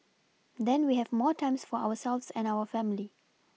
then we have more time for ourselves and our family